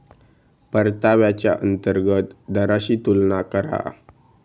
परताव्याच्या अंतर्गत दराशी तुलना करा